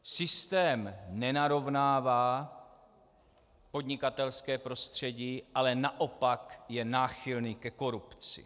Systém nenarovnává podnikatelské prostředí, ale naopak je náchylný ke korupci.